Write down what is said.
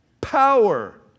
power